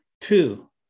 Two